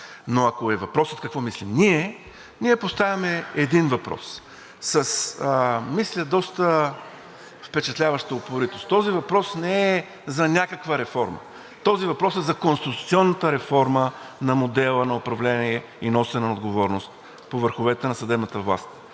Ако е въпросът какво мислим ние – ние поставяме един въпрос, мисля, с доста впечатляваща упоритост. Този въпрос не е за някаква реформа. Този въпрос е за конституционната реформа на модела на управление и носене на отговорност по върховете на съдебната власт,